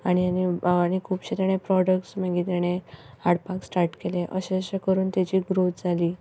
आनी आनी आनी खुबशे तेणें प्रोडक्ट्स मागीर तेणें हाडपाक स्टार्ट केले अशें अशें करून तेची ग्रॉथ जाली